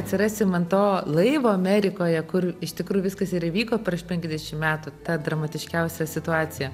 atsirasim ant to laivo amerikoje kur iš tikrųjų viskas ir įvyko prieš penkiasdešim metų ta dramatiškiausia situacija